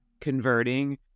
converting